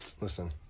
Listen